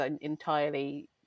entirely